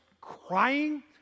crying